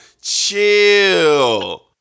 chill